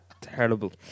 terrible